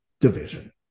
division